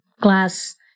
glass